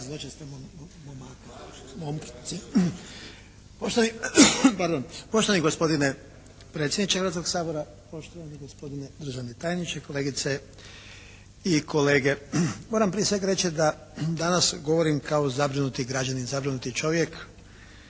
Zlatko (HSLS)** Poštovani gospodine predsjedniče Hrvatskog sabora, poštovani gospodine državni tajniče, kolegice i kolege. Moram prije svega reći da danas govorim kao zabrinuti građanin, zabrinuti čovjek